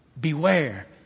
Beware